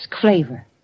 flavor